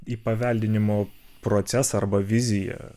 įpaveldinimo procesą arba viziją